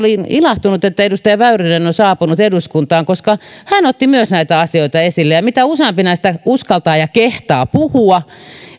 olen ilahtunut että edustaja väyrynen on on saapunut eduskuntaan koska myös hän otti näitä asioita esille mitä useampi näistä uskaltaa ja kehtaa puhua